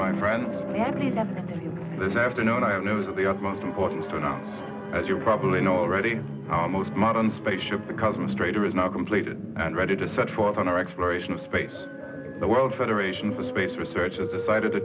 my friend this afternoon i have news of the utmost importance to know as you probably know already most modern spaceship because i'm straight or is not completed and ready to set forth on our exploration of space the world federation for space research and decided to